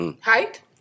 Height